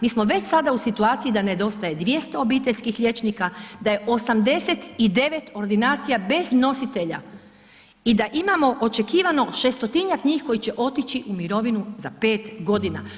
Mi smo već sada u situaciji da nedostaje 200 obiteljskih liječnika, da je 89 ordinacija bez nositelja i da imamo očekivano 600-tinjak njih koji će otići u mirovinu za 5 godina.